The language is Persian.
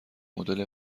مدل